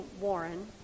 Warren